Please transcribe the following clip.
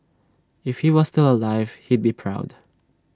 if he was still alive he'd be proud